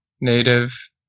native